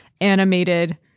animated